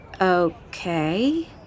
Okay